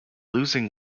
losing